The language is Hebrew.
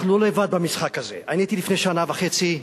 אנחנו לא לבד במשחק הזה: אני הייתי לפני שנה וחצי,